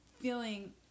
feeling